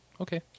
Okay